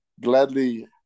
gladly